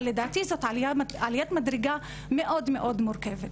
אבל לדעתי זאת עליית מדרגה מאוד מורכבת.